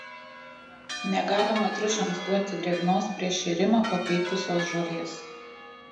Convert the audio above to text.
negalima triušiams duoti drėgnos prieš šėrimą pakaitusios žolės